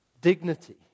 dignity